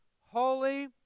holy